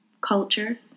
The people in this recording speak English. culture